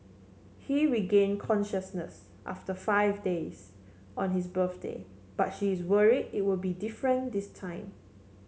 he regain consciousness after five days on his birthday but she is worry it would be different this time